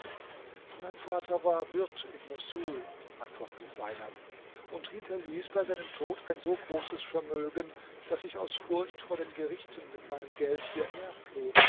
mein vater war wirt in moßul antwortete seinab und hinterließ bei seinem tod ein so großes vermögen daß ich aus furcht vor den gerichten mit meinem geld hierher floh